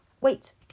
wait